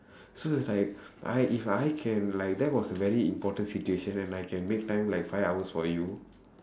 so it's like I if I can like that was a very important situation and I can make time like five hours for you